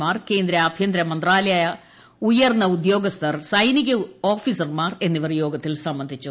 മാർ കേന്ദ്ര ആഭ്യന്തര മന്ത്രാലയത്തിലെ ഉയർന്ന ഉദ്യോഗസ്ഥർ സൈനിക ഓഫീസർമാർ എന്നിവർ യോഗത്തിൽ സംബന്ധിച്ചു